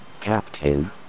Captain